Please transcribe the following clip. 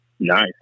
Nice